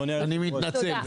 אני מתנצל.